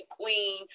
queen